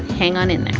hang on in